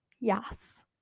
yes